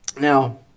Now